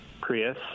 Prius